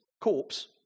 corpse